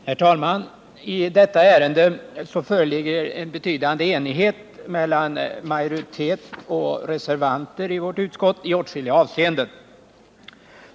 Herr talman! I detta ärende föreligger betydande enighet mellan majoritet och reservanter i utskottet i åtskilliga avseenden.